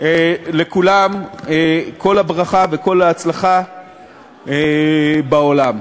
לכולם כל הברכה וכל ההצלחה בעולם.